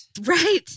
Right